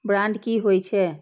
Bond की होई छै?